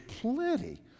plenty